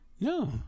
No